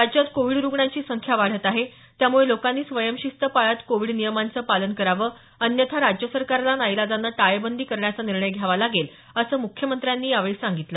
राज्यात कोविड रुग्णांची संख्या वाढत आहे त्यामुळे लोकांनी स्वयंशिस्त पाळत कोविड नियमांचं पालन करावं अन्यथा राज्य सरकारला नाईलाजानं टाळेबंदी करण्याचा निर्णय घ्यावा लागेल असं मुख्यमंत्र्यांनी यावेळी सांगितलं